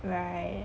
right